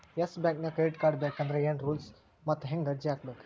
Yes ಬ್ಯಾಂಕಿನ್ credit card ಬೇಕಂದ್ರ ಏನ್ ರೂಲ್ಸವ ಮತ್ತ್ ಹೆಂಗ್ ಅರ್ಜಿ ಹಾಕ್ಬೇಕ?